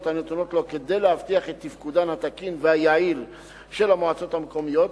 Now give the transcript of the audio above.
הנתונות לו כדי להבטיח את תפקודן התקין והיעיל של המועצות המקומיות,